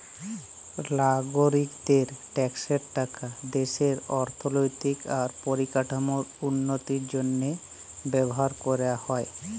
লাগরিকদের ট্যাক্সের টাকা দ্যাশের অথ্থলৈতিক আর পরিকাঠামোর উল্লতির জ্যনহে ব্যাভার ক্যরা হ্যয়